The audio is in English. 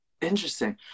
Interesting